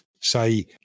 say